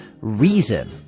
reason